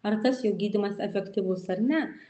ar tas jo gydymas efektyvus ar ne